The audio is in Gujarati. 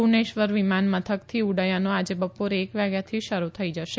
ભૂવનેશ્વ વિમાનમથકથી ઉડ્ડયનો આજે બપોરે એક વાગ્યાથી શરૂ થઈ જશે